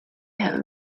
have